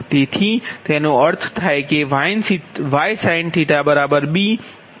તેથી તેનો અર્થ થાય છે Ysinθ B